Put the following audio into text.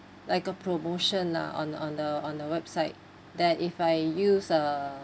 like a promotion lah on on the on the website that if I use uh